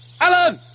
Alan